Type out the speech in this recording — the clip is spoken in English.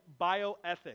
bioethics